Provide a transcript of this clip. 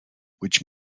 which